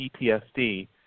PTSD